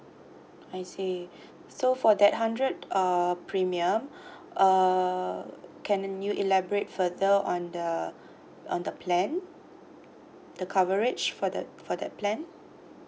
I see so for that hundred uh premium uh can you elaborate further on the on the plan the coverage for that for that plan